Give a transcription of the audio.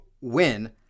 win